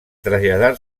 traslladar